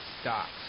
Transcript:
stocks